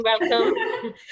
welcome